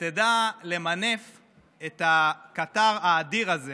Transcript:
שתדע למנף את הקטר האדיר הזה